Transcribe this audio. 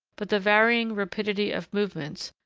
but the varying rapidity of movements,